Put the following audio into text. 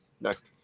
Next